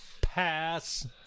pass